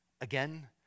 Again